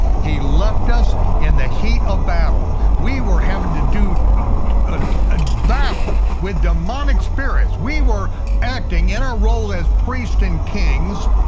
he left us in the heat of battle. we were having to do a ah battle with demonic spirits. we were acting in our roles as priests and kings,